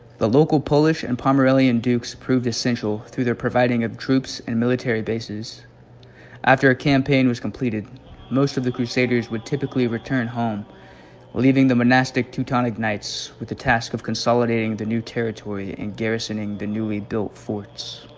the local polish and palmer elian dukes proved essential through their providing of troops and military bases after a campaign was completed most of the crusaders would typically return home leaving the monastic teutonic knights with the task of consolidating the new territory in garrisoning the newly built forts